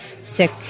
sick